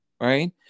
right